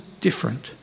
different